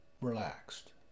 Relaxed